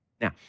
Now